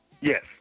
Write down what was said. Yes